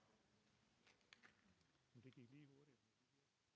Tak.